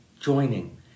joining